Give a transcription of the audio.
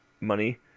money